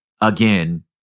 again